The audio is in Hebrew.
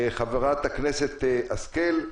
חברת הכנסת השכל,